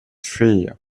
fear